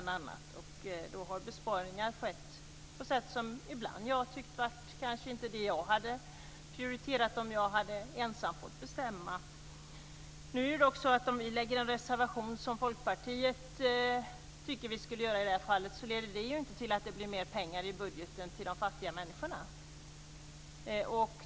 Då har det skett besparingar på sätt som jag ibland kanske inte hade prioriterat om jag ensam hade fått bestämma. Om vi avger en reservation, som Folkpartiet tycker att vi ska göra, leder det ju inte till att det blir mer pengar i budgeten för de fattiga människorna.